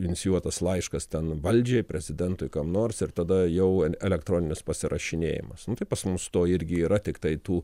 inicijuotas laiškas ten valdžiai prezidentui kam nors ir tada jau elektroninis pasirašinėjimas nu tai pas mus to irgi yra tiktai tų